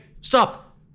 stop